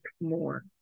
more